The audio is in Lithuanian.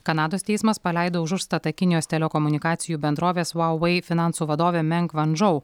kanados teismas paleido už užstatą kinijos telekomunikacijų bendrovės vauvei finansų vadovę menk vandžau